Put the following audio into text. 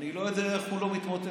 אני לא יודע איך הוא לא מתמוטט.